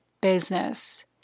business